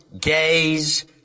gays